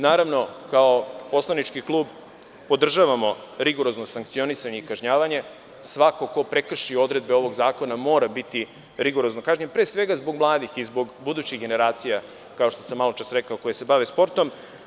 Naravno, mi kao poslanički klub podržavamo rigorozno sankcionisanje i kažnjavanje, svako ko prekrši odredbe ovog zakona mora biti rigorozno kažnjen, pre svega zbog mladih i budućih generacija, kao što sam maločas rekao, koje se bave sportom.